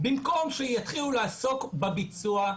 במקום שיתחילו לעסוק בביצוע.